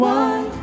one